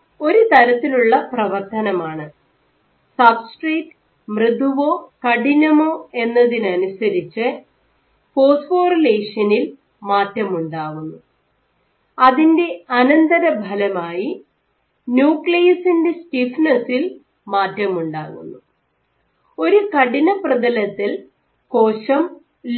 ഇത് ഒരു തരത്തിലുള്ള പ്രവർത്തനമാണ് സബ്സ്ട്രാറ്റ് മൃദുവോ കഠിനമോ എന്നതിനനുസരിച്ച് ഫോസ്ഫോറിലേഷനിൽ മാറ്റമുണ്ടാവുന്നു അതിന്റെ അനന്തരഫലമായി ന്യൂക്ലിയസിന്റെ സ്റ്റിഫ്നെസ്സിൽ മാറ്റമുണ്ടാകുന്നു ഒരു കഠിന പ്രതലത്തിൽ കോശം